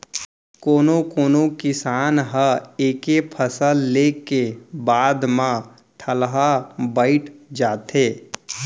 कोनो कोनो किसान ह एके फसल ले के बाद म ठलहा बइठ जाथे